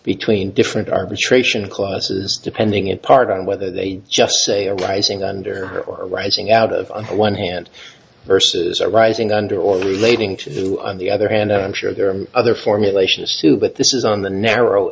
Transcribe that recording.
between different arbitration clauses depending in part on whether they just say arising under or arising out of one hand versus arising under or relating to who on the other hand i'm sure there are other formulation is too but this is on the narrow